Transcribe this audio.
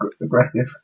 aggressive